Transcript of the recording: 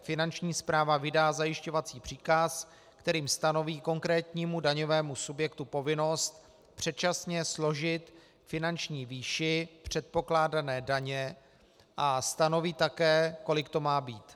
Finanční správa vydá zajišťovací příkaz, kterým stanoví konkrétnímu daňovému subjektu povinnost předčasně složit finanční výši předpokládané daně a stanoví také, kolik to má být.